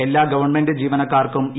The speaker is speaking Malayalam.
എല്ലാ ഗവൺമെന്റ ജീവനക്കാർക്കും ഇ